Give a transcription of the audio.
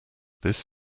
this